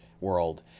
world